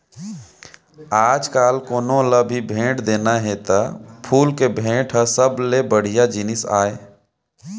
आजकाल कोनों ल भी भेंट देना हे त फूल के भेंट ह सबले बड़िहा जिनिस आय